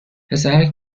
پسرک